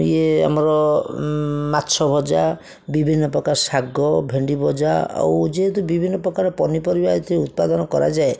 ଇଏ ଆମର ମାଛ ଭଜା ବିଭିନ୍ନ ପ୍ରକାର ଶାଗ ଭେଣ୍ଡି ଭଜା ଆଉ ଯେହେତୁ ବିଭିନ୍ନ ପ୍ରକାର ପନିପରିବା ଏଇଠି ଉତ୍ପାଦନ କରାଯାଏ